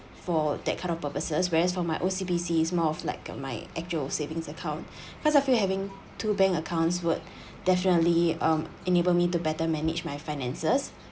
for that kind of purposes whereas for my O_C_B_C is more of like a my actual savings account because I feel having two bank accounts would definitely um enable me to better manage my finances